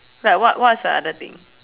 like what what's the other thing